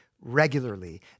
regularly